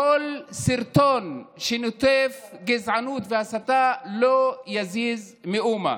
כל סרטון שנוטף גזענות והסתה לא יזיז מאומה.